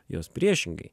jos priešingai